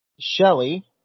Shelley